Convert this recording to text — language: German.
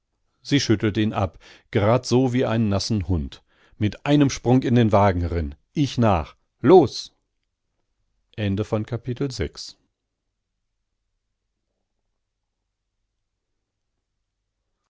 sie schüttelt ihn ab gerad so wie einen nassen hund mit einem sprung in den wagen rin ich nach los